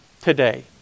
today